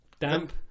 damp